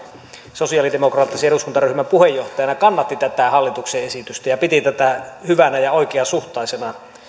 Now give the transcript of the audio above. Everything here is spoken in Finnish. sosialidemokraattisen eduskuntaryhmän puheenjohtajana kannatti tätä hallituksen esitystä ja piti tätä hyvänä ja oikeasuhtaisena